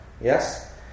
yes